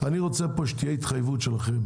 אני רוצה שתהיה פה התחייבות שלכם,